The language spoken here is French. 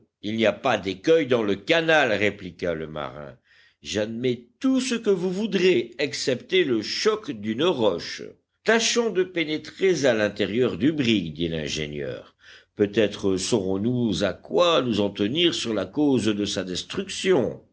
il n'y a pas d'écueil dans le canal répliqua le marin j'admets tout ce que vous voudrez excepté le choc d'une roche tâchons de pénétrer à l'intérieur du brick dit l'ingénieur peut-être saurons-nous à quoi nous en tenir sur la cause de sa destruction